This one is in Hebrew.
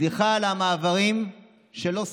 סליחה על המעברים שלא סגרתם,